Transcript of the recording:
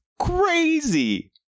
crazy